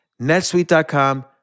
netsuite.com